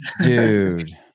dude